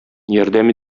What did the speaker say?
ярдәм